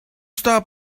stop